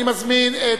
אני מזמין את